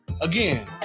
Again